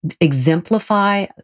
exemplify